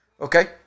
Okay